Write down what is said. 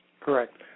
Correct